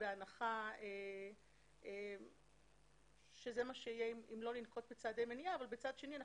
בהנחה שזה מה שיהיה אם לא ננקוט בצעדי מניעה אבל מצד שני,